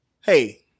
Hey